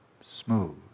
Smooth